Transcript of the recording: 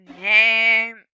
name